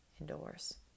indoors